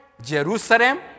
Jerusalem